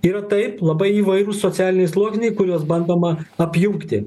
yra taip labai įvairūs socialiniai sluoksniai kuriuos bandoma apjungti